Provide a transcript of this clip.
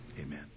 amen